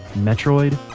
metroid,